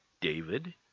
David